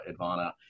Advana